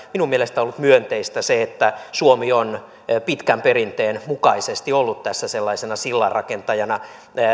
minun mielestäni on ollut myönteistä se että suomi on pitkän perinteen mukaisesti ollut tässä sellaisena sillanrakentajana